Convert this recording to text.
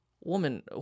Woman